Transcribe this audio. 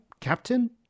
captain